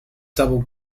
double